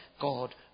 God